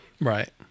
right